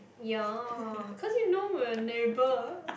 ya cause you know we're neighbour